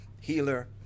Healer